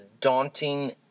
daunting